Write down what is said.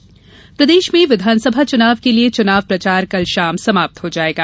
चुनाव प्रचार प्रदेश में विधानसभा चुनाव के लिये चुनाव प्रचार कल शाम समाप्त हो जायेगा